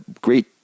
great